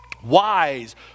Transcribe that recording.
Wise